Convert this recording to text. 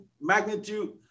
magnitude